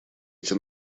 эти